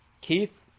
Keith